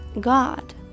God